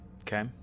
okay